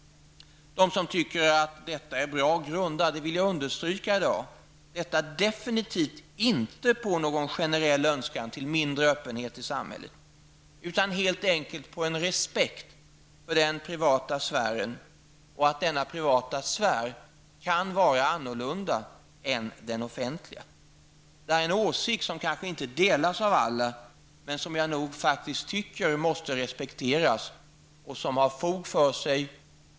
De som tycker att detta är bra grundar -- och det vill jag understryka -- definitivt inte sitt ställningstagande på någon generell önskan till mindre öppenhet i samhället, utan helt enkelt på en respekt för den privata sfären och att den kan vara annorlunda än den offentliga. Det är en åsikt som kanske inte delas av alla, men som jag faktiskt tycker måste respekteras och som har fog för sig.